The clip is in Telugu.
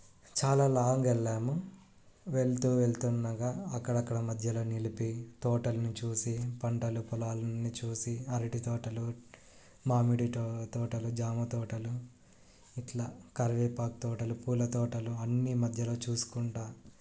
చాలా లాంగ్ వెళ్ళాము వెళ్తూ వెళ్తుండగా అక్కడ అక్కడ మధ్యలో నిలిపి తోటలని చూసి పంటలు పొలాలన్నీ చూసి అరటి తోటలు మామిడి టో తోటలు జామ తోటలు ఇట్లా కరివే పాకు తోటలు పూల తోటలు అన్నీ మధ్యలో చూసుకుంటా